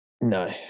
No